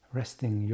resting